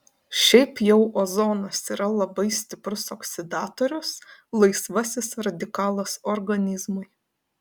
šiaip jau ozonas yra labai stiprus oksidatorius laisvasis radikalas organizmui